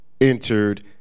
entered